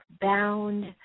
bound